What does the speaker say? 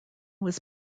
was